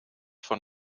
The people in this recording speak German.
von